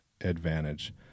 advantage